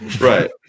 Right